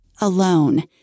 alone